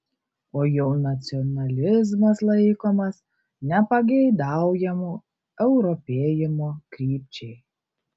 o jau nacionalizmas laikomas nepageidaujamu europėjimo krypčiai